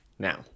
now